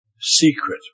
secret